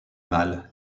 mal